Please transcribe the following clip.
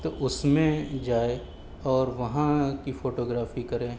تو اس میں جائے اور وہاں کی فوٹو گرافی کریں